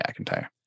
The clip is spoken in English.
McIntyre